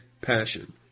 passion